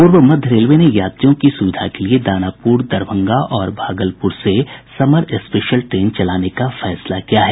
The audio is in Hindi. पूर्व मध्य रेलवे ने यात्रियों की सुविधा के लिए दानापुर दरभंगा और भागलपुर से समर स्पेशल ट्रेन चलाने का फैसला किया है